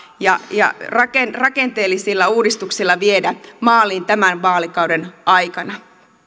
ja ja rakenteellisilla uudistuksilla viedä maaliin tämän vaalikauden aikana